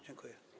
Dziękuję.